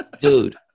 Dude